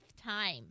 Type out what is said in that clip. time